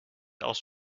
aus